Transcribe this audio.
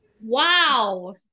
wow